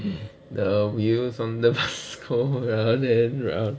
the wheels on the bus go round and round